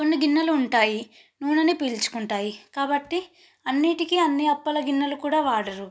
కొన్ని గిన్నెలు ఉంటాయి నూనెను పీల్చుకుంటాయి కాబట్టి అన్నిటికీ అన్ని అప్పల గిన్నెలు కూడా వాడరు